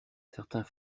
certains